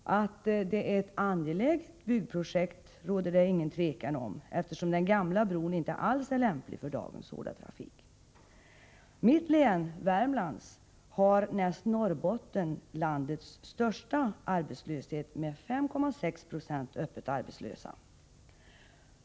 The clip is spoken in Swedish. Det råder inget tvivel om att det är ett angeläget byggprojekt, eftersom den gamla bron inte alls är lämplig för dagens hårda trafik. Mitt län, Värmlands län, har näst Norrbotten landets största arbetslöshet med 5,6 76 öppen arbetslöshet.